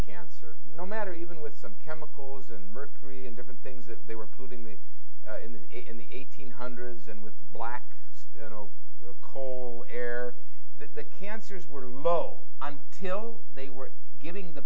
cancer no matter even with some chemicals and mercury and different things that they were putting the in the in the eighteen hundreds and with black call air that the cancers were low until they were getting the